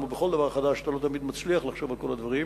כמו בכל דבר חדש אתה לא תמיד מצליח לחשוב על כל הדברים,